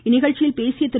இந்நிகழ்ச்சியில் பேசிய திரு